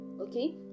okay